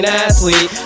athlete